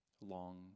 long